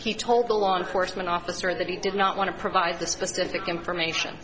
he told the law enforcement officer that he did not want to provide the specific information